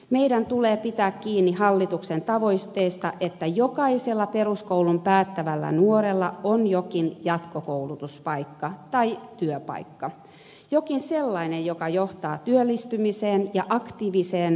meidän tulee pitää kiinni hallituksen tavoitteesta että jokaisella peruskoulun päättävällä nuorella on jokin jatkokoulutuspaikka tai työpaikka jokin sellainen joka johtaa työllistymiseen ja aktiiviseen osallistumiseen